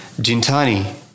Gintani